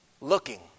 looking